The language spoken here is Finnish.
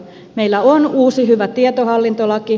meillä on uusi hyvä tietohallintolaki